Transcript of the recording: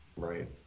Right